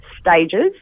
stages